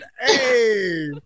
Hey